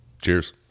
cheers